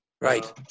Right